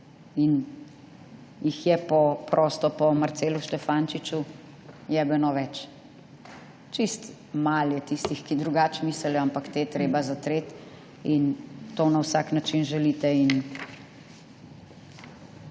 in jih je prosto po Marcelu Štefančiču jebeno več. Čisto malo je tistih, ki drugače mislijo, ampak te je treba zatreti. To na vsak način želite